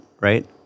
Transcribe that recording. right